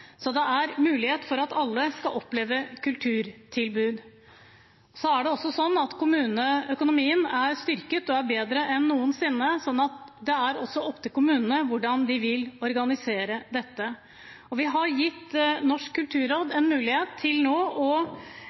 Det er en mulighet for at alle skal oppleve kulturtilbud. Kommuneøkonomien er også styrket og er bedre enn noensinne, så det er opp til kommunene hvordan de vil organisere dette. Vi har gitt Norsk kulturråd en mulighet til